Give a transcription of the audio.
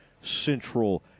Central